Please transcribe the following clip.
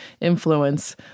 Influence